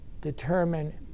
determine